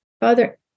Father